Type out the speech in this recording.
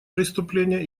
преступление